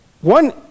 one